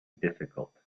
difficult